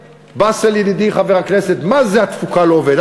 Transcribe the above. באסל ידידי, חבר הכנסת, מה זה: התפוקה לא עובדת?